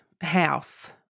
house